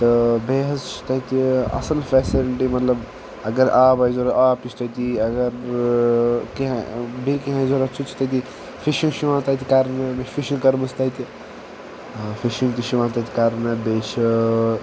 تہٕ بیٚیہِ حظ چھِ تتہِ اصل فیٚسلٹی مطلب اگر آب آسہِ ضوٚرَتھ آب تہِ چھ تٔتی اگر کینٛہہ بیٚیہِ کینٛہہ آسہِ ضوٚرَتھ سُہ تہِ چھُ تٔتی فِشِش چھِ یوان تتہِ کرنہٕ مےٚ چھِ فِشنٛگ کٔرمٕژ تتہِ فِشنٛگ تہِ چھِ یوان تتہِ کرنہٕ بیٚیہِ چھِ